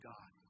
God